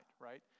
right